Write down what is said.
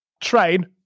Train